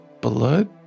blood